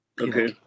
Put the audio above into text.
Okay